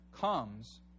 comes